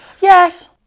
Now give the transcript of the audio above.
Yes